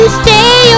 stay